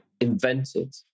invented